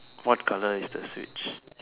what color is the switch